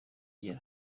ugera